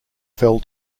fell